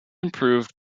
improved